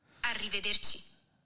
Arrivederci